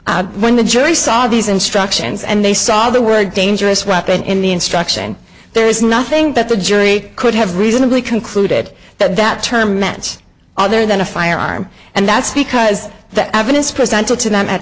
firearm when the jury saw these instructions and they saw they were a dangerous weapon in the instruction there is nothing that the jury could have reasonably concluded that that term meant other than a firearm and that's because the evidence presented to them at